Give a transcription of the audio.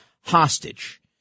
hostage